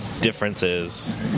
differences